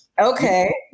Okay